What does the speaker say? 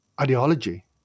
ideology